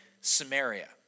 Samaria